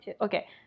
okay